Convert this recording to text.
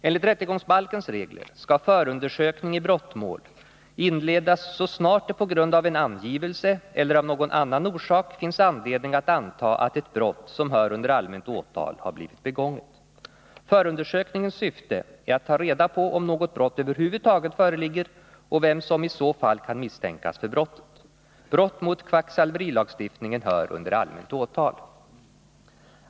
Enligt rättegångsbalkens regler skall förundersökning i brottmål inledas så snart det på grund av en angivelse eller av någon annan orsak finns anledning att anta att ett brott, som hör under allmänt åtal, har blivit begånget. Förundersökningens syfte är att ta reda på om något brott över huvud taget föreligger och vem som i så fall kan misstänkas för brottet. Brott mot kvacksalverilagstiftningen hör under allmänt åtal.